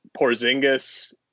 porzingis